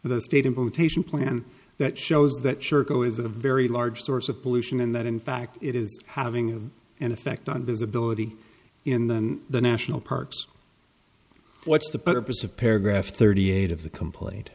the state implementation plan that shows that sure go is a very large source of pollution and that in fact it is having an effect on visibility in then the national parks what's the purpose of paragraph thirty eight of the compl